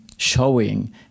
showing